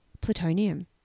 plutonium